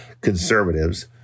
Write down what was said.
conservatives